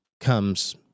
comes